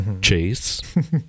chase